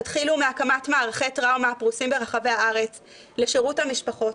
תתחילו מהקמת מערכי טראומה הפרוסים ברחבי הארץ לשירות המשפחות,